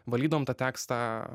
valydavom tą tekstą